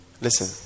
listen